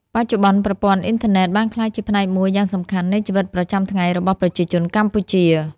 បច្ចុប្បន្ន ប្រព័ន្ធអ៊ីនធឺណិតបានក្លាយជាផ្នែកមួយយ៉ាងសំខាន់នៃជីវិតប្រចាំថ្ងៃរបស់ប្រជាជនកម្ពុជា។